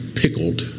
pickled